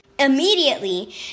Immediately